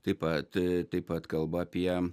taip pat taip pat kalba apie